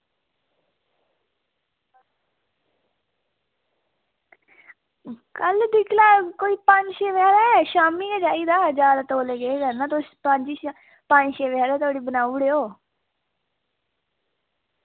कल्ल दिक्खी लैएओ कोई पंज छे बजे हारे शाम्मी गै चाहिदा ज्यादा तोलै केह् करना तुस पंज छे पंज छे बजे हारे बनाई ओड़ेओ